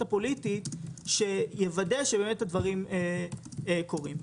הפוליטית שיוודא שבאמת הדברים קורים.